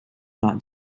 not